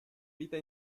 vita